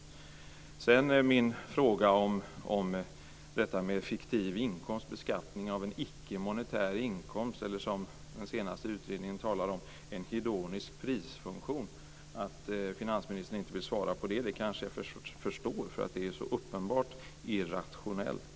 Att finansministern sedan inte vill svara på min fråga om detta med fiktiv inkomst - beskattning av en icke monetär inkomst eller, som den senaste utredningen talar om, en hedonisk prisfunktion - kanske jag kan förstå, för det är så uppenbart irrationellt.